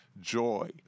Joy